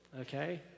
okay